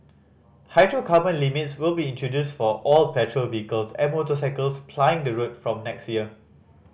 hydrocarbon limits will be introduced for all petrol vehicles and motorcycles plying the road from next year